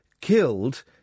killed